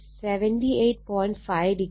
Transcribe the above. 5° ആണ്